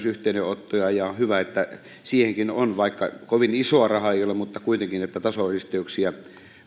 yhteydenottoja ja on hyvä että siihenkin on puututtu vaikka kovin isoa rahaa ei ole kuitenkin tasoristeyksien